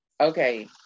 Okay